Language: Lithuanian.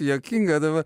juokinga dabar